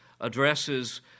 addresses